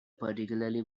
particularly